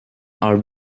our